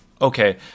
Okay